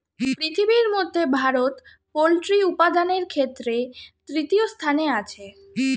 পৃথিবীর মধ্যে ভারত পোল্ট্রি উপাদানের ক্ষেত্রে তৃতীয় স্থানে আছে